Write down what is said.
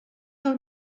del